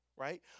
right